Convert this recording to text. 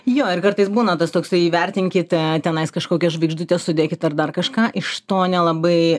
jo ir kartais būna tas toksai įvertinkite tenais kažkokias žvaigždutes sudėkit ar dar kažką iš to nelabai